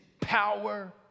power